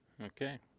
Okay